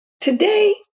Today